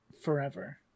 forever